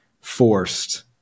forced